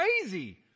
crazy